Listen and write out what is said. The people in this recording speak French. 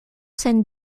saint